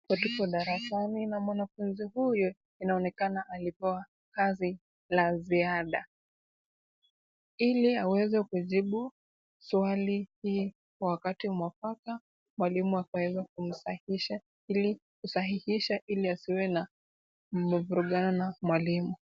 Hatupo darasani na mwanafunzi huyu inaonekana alipewa kazi la ziada ili aweze kujibu swali hii kwa wakati mwafaka, mwalimu akaweze kusahihisha ili asiwe na mavurugano na mwalimu.